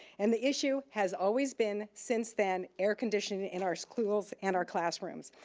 and the issue has always been since then air condition in our schools and our classrooms.